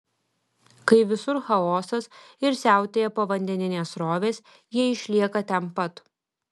kai visur chaosas ir siautėja povandeninės srovės jie išlieka ten pat